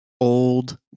old